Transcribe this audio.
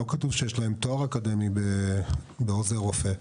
לא כתוב שיש להם תואר אקדמי בעוזר רופא.